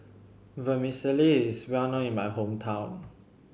vermicelli is well known in my hometown